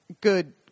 good